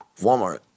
Walmart